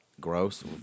gross